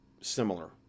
similar